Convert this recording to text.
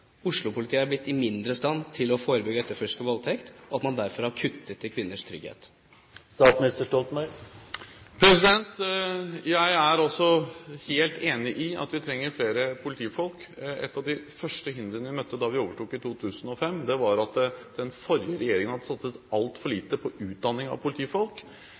mindre i stand til å forebygge og etterforske voldtekt, og at man derfor har redusert kvinners trygghet? Jeg er også helt enig i at vi trenger flere politifolk. Et av de første hindrene vi møtte da vi overtok i 2005, var at den forrige regjeringen hadde satset altfor lite på utdanning av politifolk.